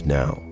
now